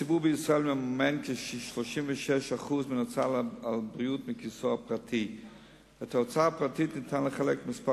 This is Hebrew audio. מוותרים על שירותים רפואיים מסיבות